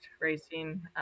racing